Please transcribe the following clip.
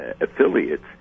affiliates